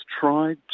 tried